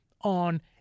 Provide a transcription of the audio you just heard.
on